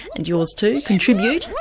and yours too. contribute!